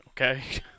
okay